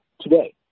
today